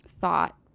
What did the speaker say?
thought